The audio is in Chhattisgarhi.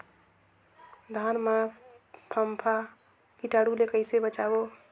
धान मां फम्फा कीटाणु ले कइसे बचाबो?